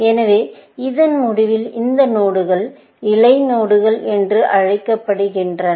எனவே இதன் முடிவில் இந்த நோடுகள் இலை நோடுகள் என்று அழைக்கப்படுகின்றன